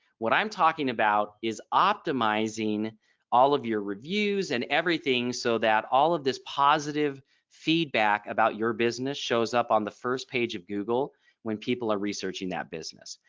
what i'm talking about is optimizing all of your reviews and everything so that all of this positive feedback about your business shows up on the first page of google when people are researching that business.